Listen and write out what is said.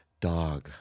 Dog